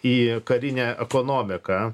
į karinę ekonomiką